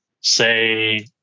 say